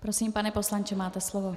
Prosím pane poslanče, máte slovo.